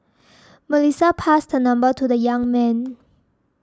Melissa passed her number to the young man